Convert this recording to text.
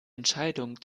entscheidung